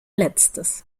letztes